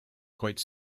quite